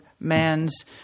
man's